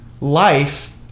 life